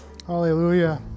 Hallelujah